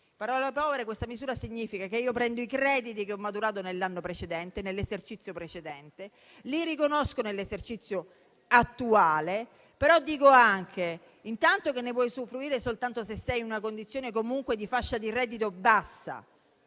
parole povere questa misura? Significa che io prendo i crediti che ho maturato nell'esercizio precedente, li riconosco nell'esercizio attuale, ma dico anche che intanto ne puoi usufruire soltanto se sei in una condizione di fascia di reddito bassa,